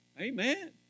Amen